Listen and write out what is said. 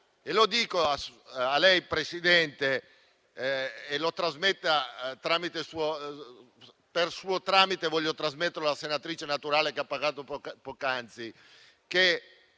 Lo dico a lei, Presidente, e, per suo tramite, voglio trasmettere alla senatrice Naturale che ha parlato poc'anzi,